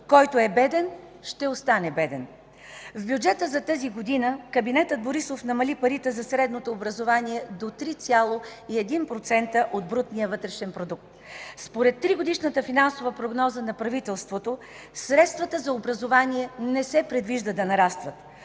който е беден, ще остане беден. В бюджета за тази година кабинетът Борисов намали парите за средното образование до 3,1% от брутния вътрешен продукт. Според тригодишната финансова прогноза на правителството средствата за образование не се предвижда да нарастват.